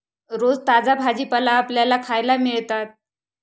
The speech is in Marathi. रोज ताजा भाजीपाला आपल्याला खायला मिळतात